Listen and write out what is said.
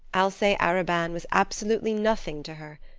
alcee arobin was absolutely nothing to her.